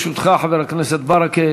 חבר הכנסת ברכה,